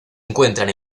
encuentran